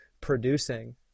producing